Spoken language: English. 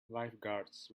lifeguards